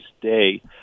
day